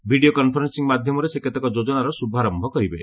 video conferencing ମାଧ୍ୟମରେ ସେ କେତେକ ଯୋଜନାର ଶ୍ରଭାରମ୍ଭ କରିବେ